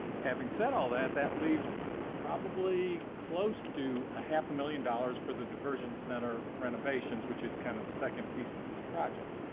having said all that, that leaves probably close to a half a million dollars for the diversion center renovations, which is kind of the second piece of this project.